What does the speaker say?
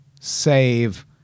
save